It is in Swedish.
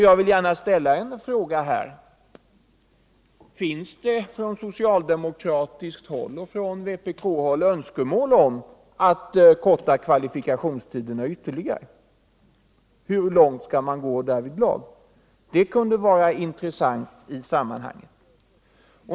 Jag vill gärna ställa ett par frågor här: Finns det från socialdemokratiskt håll och från vpk-håll önskemål om att korta kvalifikationstiderna ytterligare? Hur långt vill man gå därvidlag? Det kunde vara intressant att få veta i detta sammanhang.